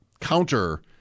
counter